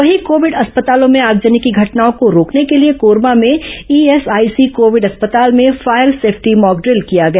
वहीं कोविड अस्पतालों में आगजनी की घटनाओं को रोकने के लिए कोरबा में ईएसआईसी कोविड अस्पताल में फायर सेफ्टी मॉकड्रिल किया गया